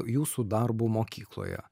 jūsų darbu mokykloje